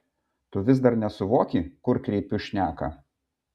tu vis dar nenuvoki kur kreipiu šneką